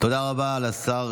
תודה רבה לשר